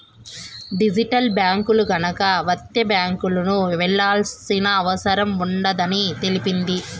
digital బ్యాంకులు గనక వత్తే బ్యాంకులకు వెళ్లాల్సిన అవసరం ఉండదని తెలిపింది